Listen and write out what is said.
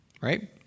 Right